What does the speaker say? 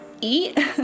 eat